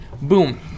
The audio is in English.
Boom